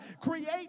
create